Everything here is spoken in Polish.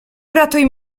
ratuj